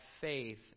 faith